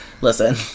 listen